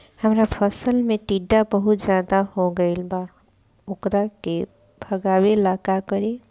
हमरा फसल में टिड्डा बहुत ज्यादा हो गइल बा वोकरा के भागावेला का करी?